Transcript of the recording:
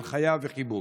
הנחיה וחיבוק.